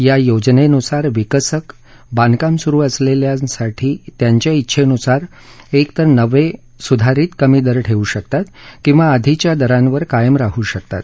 या योजनेनुसार विकसक बांधकाम सुरू असलेल्या साठी त्यांच्या छेनुसार एक तर नवे सुधारित कमी दर ठेवू शकतात किंवा आधीच्या दरांवर कायम राहू शकतात